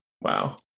Wow